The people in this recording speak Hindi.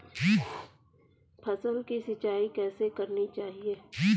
फसल की सिंचाई कैसे करनी चाहिए?